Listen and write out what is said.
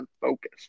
focus